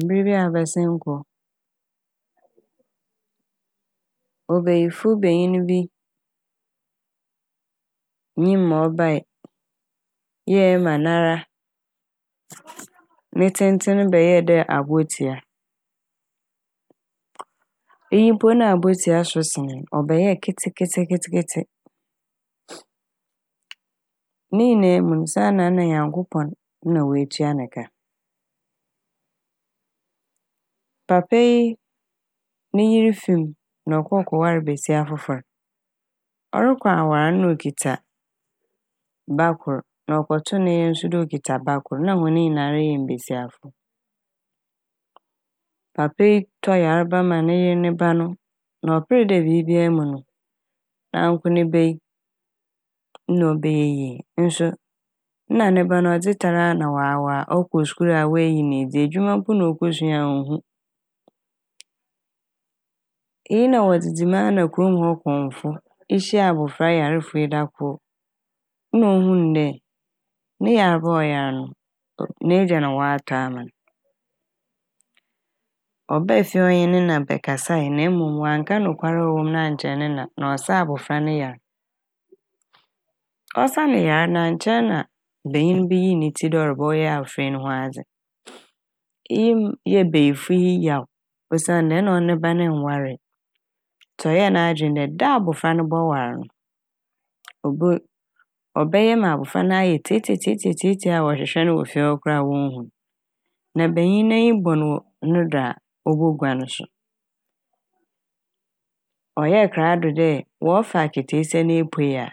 Mber bi a abɛsen kɔ obayifo banyin bi nnyim ma ɔbae eyɛe ma nara ne tsentsen bɛyɛɛ abowatsia iyi mpo na abowatsia so kyɛn no ɔbɛyɛɛ ketseketse. Ne nyinaa mu n' saana Nyankopɔn nna Woetua ne ka. Papa yi ne yer fi m' na ɔkɔɔ kɔwar basia fofor, ɔrokɔ awar no na a okitsa ba kor na ɔkɔtoo ne yer no so dɛ okitsa ba kor na hɔn ne nyinara yɛ mbasiafo. Papa yi tɔ yarba maa ne yer ne ba no na ɔper dɛ biribia mu no nanko ne ba yi na ɔbɛyie eso ne ba no ɔdze tar a na ɔawaa ɔkɔ skuul a oeyi n' edzi, edwuma mpo na okosua onnhu. Iyi na wɔdzedze mu a na kurom' hɔ kɔmfo ihyia abofra yarfo yi da kor na ohun dɛ ne yarba a ɔyar no ɔ- n'egya na ɔatɔ ama n'. Ɔbae fie hɔ nye ne na bɛkasae na emom ɔannka nokwar a ɔwɔ mu no annkyerɛ ne na na ɔsaa abofra n' ne yar. Ɔsaa ne yar no annkyɛr na banyin bi yii ne tsir dɛ ɔrobɔ - ɔbɛyɛ abofra yi neho adze. Iyi maa- yɛɛ bayifo yi yaw osiandɛ nna ɔno ne ba n' nnwaree. Ntsi ɔyɛɛ n'adwen dɛ da a abofra n' no bɔwar no obo- ɔbɛyɛ ma abofra n' ayɛ tsiatsiatsiatsia a wɔhwehwɛ n' wɔ fie hɔ koraa wonnhu n' na banyin no n'enyi bɔ wɔ no do a oboguan so. Ɔyɛɛ krado dɛ wɔrefa akataasia n' epuei a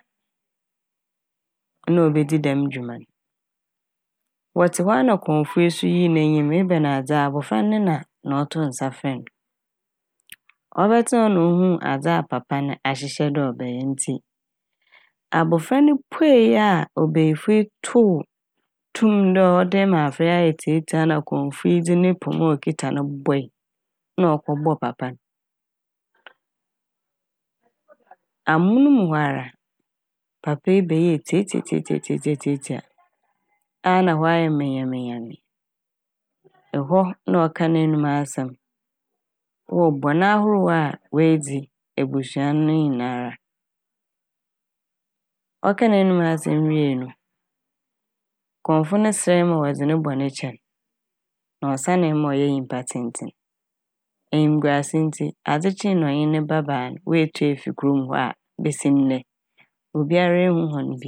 nna obedzi dɛm dwuma n'. Wɔtsee hɔ a so a na kɔmfo yii n'enyim ebɛnadze a abofra yi ne na na ɔtoo nsa frɛɛ n'. Ɔbɛtsenaa hɔ na ohuu adze a papa n' ahyehyɛ dɛ ɔbɛyɛ ntsi abofra n' puei yi a obayifo yi tow tum a ɔde ma abofra yi ayɛ tsiatsia na komfo yi dze ne poma a okitsa yi bɔe na a ɔkɔbɔɔ papa n' amon mu hɔ ara papa yi bɛyɛɛ tsiatsiatsiatsiatsiatsia a na hɔ ayɛ menyamenya ɛhɔ na ɔkaa n'anomu asɛm ewɔ bɔn ahorow a oedzi ebusua n' ne nyinara. Ɔka n'anomu asɛm wie no kɔmfo n' serɛe ma wɔdze ne bɔn kyɛ n' na ɔsanee maa ɔyɛɛ nyimpa tsentsen. Enyimguase ntsi adzekyee na ɔnye ne ba baa n' woetu efi kurom' hɔ a besi ndɛ obiara nnhuu hɔn bio.